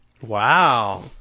Wow